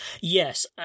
yes